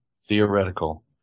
theoretical